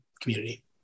community